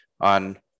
on